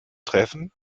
treffen